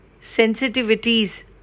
sensitivities